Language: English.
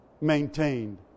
maintained